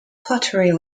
pottery